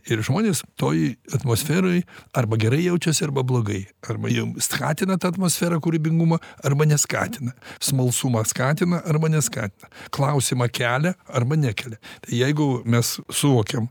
ir žmonės toj atmosferoj arba gerai jaučiasi arba blogai arba jiem skatina ta atmosfera kūrybingumą arba neskatina smalsumą skatina arba neskatina klausimą kelia arba nekelia jeigu mes suvokiam